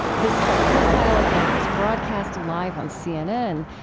this high-profile event was broadcast live on cnn.